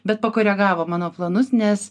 bet pakoregavo mano planus nes